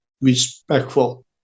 respectful